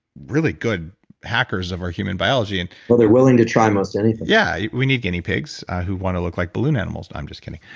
really good hackers of our human biology and but they're willing to try most anything yeah. we need guinea pigs who want to look like balloon animals. i'm just kidding.